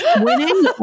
Winning